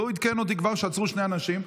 והוא עדכן אותי שכבר עצרו שני אנשים.